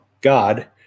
God